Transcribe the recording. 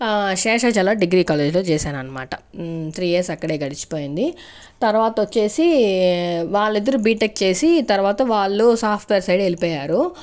Seshachala degree కాలేజ్ఓ చేశాననమాట three years అక్కడే గడిచిపోయింది తర్వాత వచ్చేసి వాళ్ళిద్దరూ బీటెక్ చేసి తర్వాత వాళ్ళు సాఫ్ట్వేర్ సైడ్ వెళ్లిపోయారు